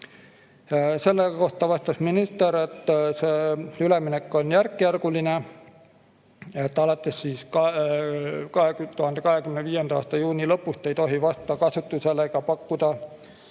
Selle kohta vastas minister, et see üleminek on järkjärguline. Alates 2025. aasta juuni lõpust ei tohi kasutusele pakkuda